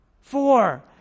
four